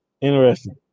Interesting